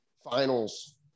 finals